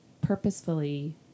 purposefully